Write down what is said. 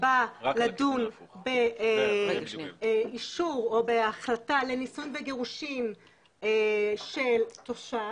בא לדון באישור או בהחלטה על נישואין וגירושין של תושב,